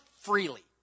freely